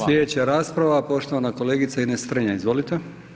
Slijedeća rasprava poštovana kolegica Ines Strenja, izvolite.